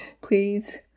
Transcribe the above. please